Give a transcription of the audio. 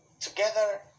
together